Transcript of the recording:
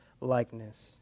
likeness